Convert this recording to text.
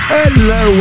Hello